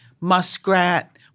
muskrat